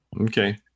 Okay